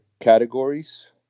categories